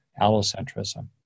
allocentrism